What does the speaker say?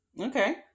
Okay